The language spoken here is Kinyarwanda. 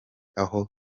aho